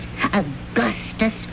Augustus